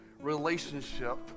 relationship